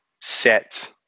set